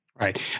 Right